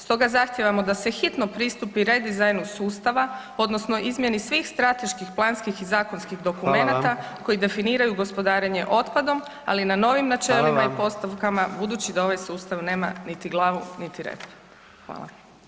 Stoga zahtijevamo da se hitno pristupi redizajnu sustava odnosno izmjeni svih strateških planskih i zakonskih dokumenata [[Upadica: Hvala vam.]] koji definiraju gospodarenje otpadom, ali na novim načelima i postavkama [[Upadica: Hvala vam.]] budući da ovaj sustav nema niti glavu, niti rep.